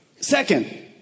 second